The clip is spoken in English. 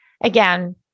again